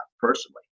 personally